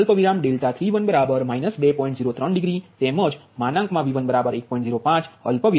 03 degree તેમજ V1 1